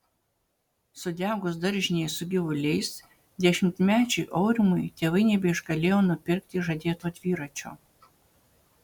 sudegus daržinei su gyvuliais dešimtmečiui aurimui tėvai nebeišgalėjo nupirkti žadėto dviračio